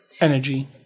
Energy